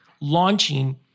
launching